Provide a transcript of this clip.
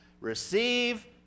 Receive